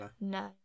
No